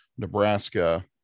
Nebraska